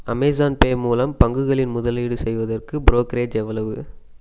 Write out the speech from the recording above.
Amazon Pay மூலம் பங்குகளில் முதலீடு செய்வதற்கு ப்ரோக்ரேஜ் எவ்வளவு